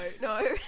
no